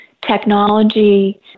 Technology